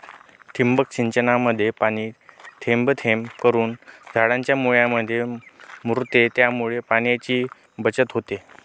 ठिबक सिंचनामध्ये पाणी थेंब थेंब करून झाडाच्या मुळांमध्ये मुरते, त्यामुळे पाण्याची बचत होते